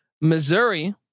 Missouri